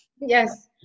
Yes